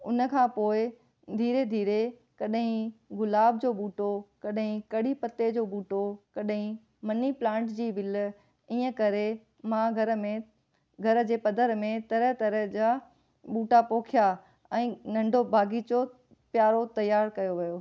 उन खां पोइ धीरे धीरे कॾहिं गुलाब जो ॿूटो कॾहिं कढ़ी पत्ते जो ॿूटो कॾहिं मनी प्लांट जी विल ईअं करे मां घर में घर जे पधर में तरह तरह जा ॿूटा पोखिया ऐं नंढो बाग़ीचो प्यारो तयारु कयो वियो